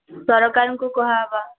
ସରକାର୍ଙ୍କୁ କୁହାହେବା